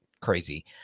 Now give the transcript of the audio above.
crazy